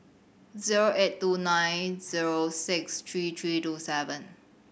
zero eight two nine zero six three three two seven